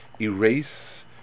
erase